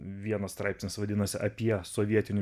vienas straipsnis vadinasi apie sovietinių